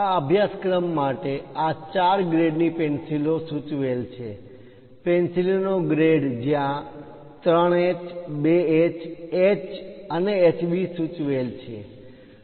આ અભ્યાસક્રમ માટે આ ચાર ગ્રેડની પેન્સિલો સૂચવેલ છે પેન્સિલો નો ગ્રેડ જ્યાં 3H 2H H અને HB સૂચવેલ છે